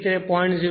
તેથી તે 0